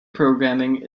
programming